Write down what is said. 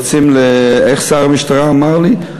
איך שר המשטרה אמר לי?